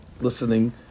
listening